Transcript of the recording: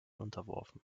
unterworfen